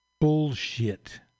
bullshit